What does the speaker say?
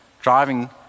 driving